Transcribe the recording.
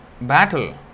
battle